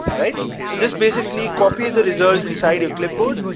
right? so this basically copies the result inside of clipboard.